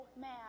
mad